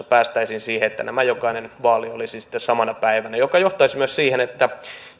päästäisiin siihen että jokainen vaali olisi sitten samana päivänä tämä johtaisi myös siihen että